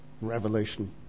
revelation